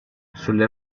sulle